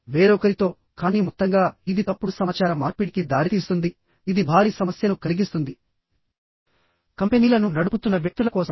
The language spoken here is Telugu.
వేరొకరితో కానీ మొత్తంగా ఇది తప్పుడు సమాచార మార్పిడికి దారితీస్తుంది ఇది భారీ సమస్యను కలిగిస్తుంది కంపెనీలను నడుపుతున్న వ్యక్తుల కోసం